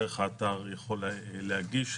דרך האתר יכול להגיש.